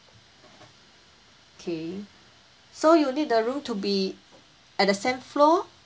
okay so you need the room to be at the same floor